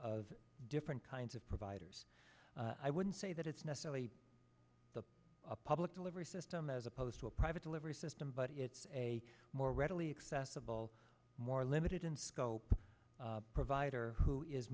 of different kinds of providers i wouldn't say that it's necessarily the public delivery system as opposed to a private delivery system but it's a more readily accessible more limited in scope provider who is